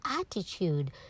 attitude